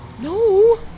No